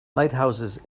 lighthouses